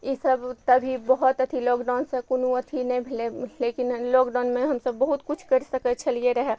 ई सब तभी बहुत अथी लॉकडाउनसँ कोनो अथी नहि भेलय लेकिन लॉकडाउनमे हमसब बहुत किछु करि सकय छलियै रहय